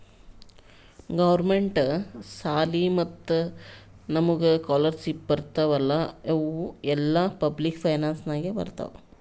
government ಸಾಲಿ ಮತ್ತ ನಮುಗ್ ಸ್ಕಾಲರ್ಶಿಪ್ ಬರ್ತಾವ್ ಅಲ್ಲಾ ಇವು ಎಲ್ಲಾ ಪಬ್ಲಿಕ್ ಫೈನಾನ್ಸ್ ನಾಗೆ ಬರ್ತಾವ್